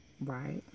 Right